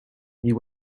you